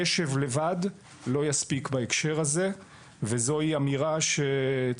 קשב לא יספיק לבד בהקשר הזה וזו היא אמירה שצריך